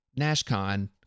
NashCon